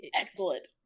excellent